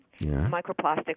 microplastics